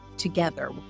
together